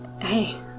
hey